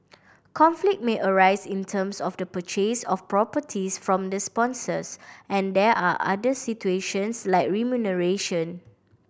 conflict may arise in terms of the purchase of properties from the sponsors and there are other situations like remuneration